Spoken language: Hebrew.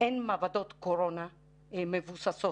אין מעבדות קורונה מבוססות